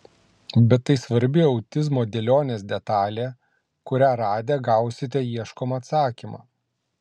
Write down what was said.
bet tai svarbi autizmo dėlionės detalė kurią radę gausite ieškomą atsakymą